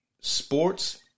Sports